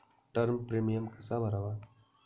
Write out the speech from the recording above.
Term premium कसा भरावा?